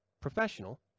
professional